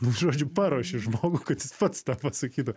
žodžiu paruoši žmogų kad jis pats tą pasakytų